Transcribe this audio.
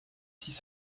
six